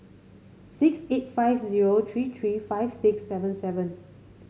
six eight five zero three three five six seven seven